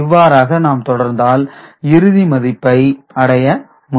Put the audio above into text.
இவ்வாறாக நாம் தொடர்ந்தால் இறுதி மதிப்பை அடைய முடியும்